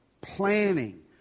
Planning